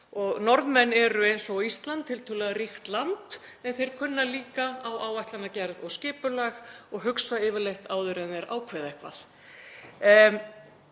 Noregur er eins og Ísland tiltölulega ríkt land en Norðmenn kunna líka á áætlanagerð og skipulag og hugsa yfirleitt áður en þeir ákveða eitthvað.